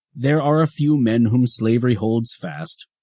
there are a few men whom slavery holds fast,